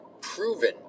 proven